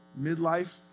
midlife